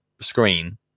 screen